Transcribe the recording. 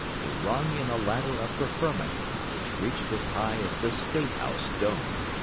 the rung in a ladder of preferment which reached as high as the state-house dome!